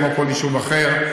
כמו כל יישוב אחר,